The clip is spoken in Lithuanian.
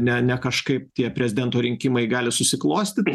ne ne kažkaip tie prezidento rinkimai gali susiklostyt